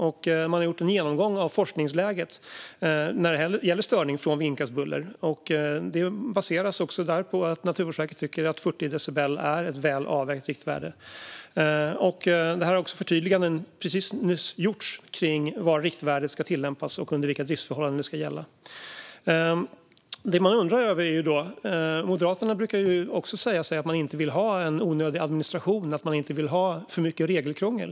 Man har också gjort en genomgång av forskningsläget när det gäller störning från vindkraftsbuller, och det baseras också där på att Naturvårdsverket tycker att 40 decibel är ett väl avvägt riktvärde. Förtydliganden har också precis nyss gjorts om var riktvärdet ska tillämpas och under vilka driftsförhållanden det ska gälla. Moderaterna brukar ju säga att man inte vill ha en onödig administration och för mycket regelkrångel.